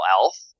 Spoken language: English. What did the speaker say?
Elf